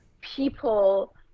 people